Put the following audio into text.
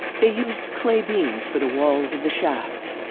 they used clay beams for the walls of the shafts.